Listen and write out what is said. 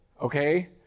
okay